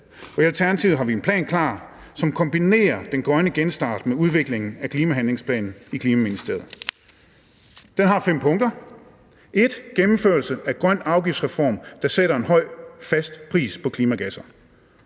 I Alternativet har vi en plan klar, som kombinerer den grønne genstart med udviklingen af klimahandlingsplanen i Klimaministeriet. Den har fem punkter: 1) gennemførelse af en grøn afgiftsreform, der sætter en høj fast pris på klimagasser,